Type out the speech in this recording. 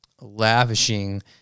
lavishing